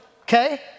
okay